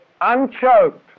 Unchoked